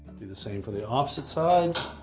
the the same for the opposite side